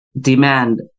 demand